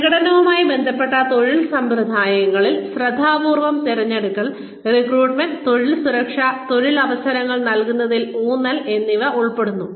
പ്രകടനവുമായി ബന്ധപ്പെട്ട തൊഴിൽ സമ്പ്രദായങ്ങളിൽ ശ്രദ്ധാപൂർവം തിരഞ്ഞെടുക്കൽ റിക്രൂട്ട്മെന്റ് തൊഴിൽ സുരക്ഷ തൊഴിൽ അവസരങ്ങൾ നൽകുന്നതിൽ ഊന്നൽ എന്നിവ ഉൾപ്പെടുന്നു